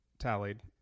tallied